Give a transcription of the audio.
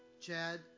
Chad